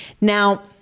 Now